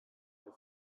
der